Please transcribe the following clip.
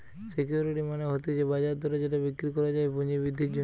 security মানে হতিছে বাজার দরে যেটা বিক্রি করা যায় পুঁজি বৃদ্ধির জন্যে